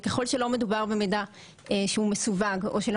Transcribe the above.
וככל שלא מדובר במידע מסווג או מידע